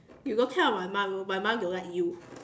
you go tell my mum my mum don't like you